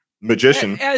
magician